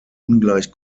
ungleich